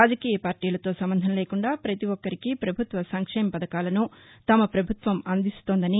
రాజకీయ పార్టీలతో సంబంధం లేకుండా పతి ఒక్కరికీ పభుత్వ సంక్షేమ పథకాలను తమ పభుత్వం అందిస్తోందన్నారు